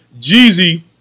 Jeezy